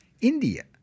India